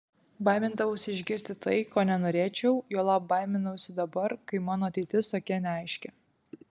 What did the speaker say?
baimindavausi išgirsti tai ko nenorėčiau juolab baiminausi dabar kai mano ateitis tokia neaiški